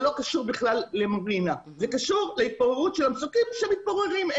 בכלל לא קשור למרינה אלא זה קשור להתפוררות המצוקים שמתפוררים.